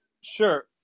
Sure